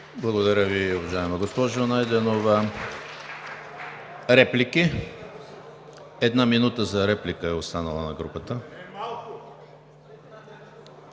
Благодаря Ви, уважаема госпожо Ангелова. Реплики? Една минута за реплика е останала на групата.